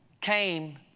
came